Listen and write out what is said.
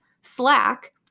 slack